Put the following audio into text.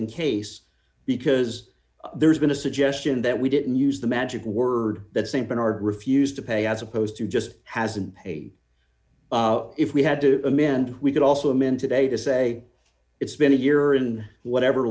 in case because there's been a suggestion that we didn't use the magic word that saint bernard refused to pay as opposed to just hasn't paid if we had to amend we could also i'm in today to say it's been a year in whatever